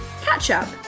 catch-up